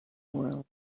world